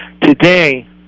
Today